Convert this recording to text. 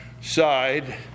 side